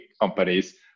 companies